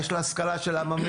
יש לה השכלה של עממי,